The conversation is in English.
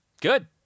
good